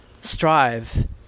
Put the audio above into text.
strive